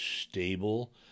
stable